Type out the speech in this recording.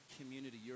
community